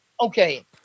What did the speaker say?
Okay